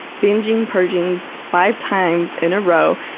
binging, purging five times in a row,